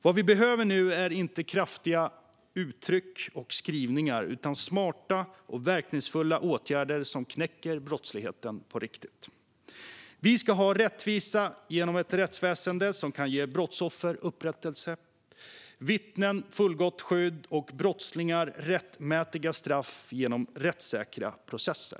Vad vi behöver nu är inte kraftiga uttryck och skrivningar utan smarta och verkningsfulla åtgärder som knäcker brottsligheten på riktigt. Vi ska ha rättvisa genom ett rättsväsen som kan ge brottsoffer upprättelse, vittnen fullgott skydd och brottslingar rättmätiga straff genom rättssäkra processer.